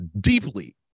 deeply